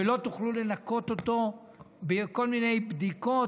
ולא תוכלו לנקות אותו בכל מיני בדיקות